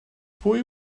pwy